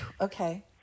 Okay